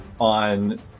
on